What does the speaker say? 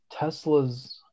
Teslas